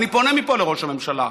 אני פונה מפה לראש הממשלה: